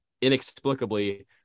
inexplicably